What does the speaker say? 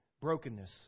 Brokenness